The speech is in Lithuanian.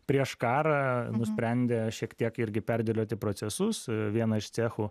prieš karą nusprendė šiek tiek irgi perdėlioti procesus vieną iš cechų